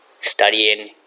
studying